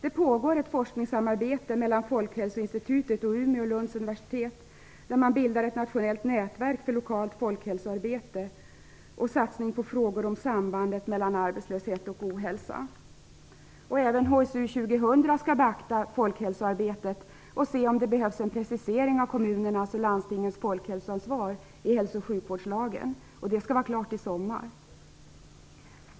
Det pågår ett forskningssamarbete mellan Folkhälsoinstitutet och universiteten i Umeå och Lund där man bildar ett nationellt nätverk för lokalt folkhälsoarbete och satsningar på frågor om sambandet mellan arbetslöshet och ohälsa. Även HSU 2000 skall beakta folkhälsoarbetet och se om det behövs en precisering av kommunernas och landstingens folkhälosansvar i hälso och sjukvårdslagen. Detta skall vara klart i sommar.